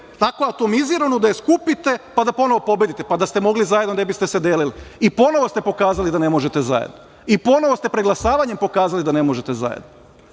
tako atomiziranu da je skupite, pa da ponovo pobedite. Pa, da ste mogli zajedno ne biste se delili i ponovo ste pokazali da ne možete zajedno i ponovo ste se preglasavanjem pokazali da ne možete zajedno.